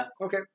Okay